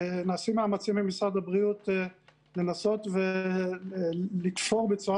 נעשים מאמצים עם משרד הבריאות לנסות ולתפור בצורה